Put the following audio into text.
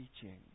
teaching